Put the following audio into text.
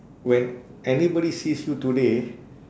when anybody sees you today